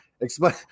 Explain